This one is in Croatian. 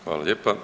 Hvala lijepa.